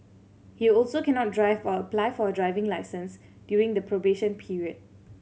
he also cannot drive or apply for a driving licence during the probation period